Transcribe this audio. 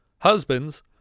Husbands